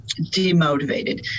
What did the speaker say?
demotivated